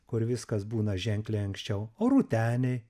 kur viskas būna ženkliai anksčiau o rūteniai